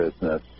business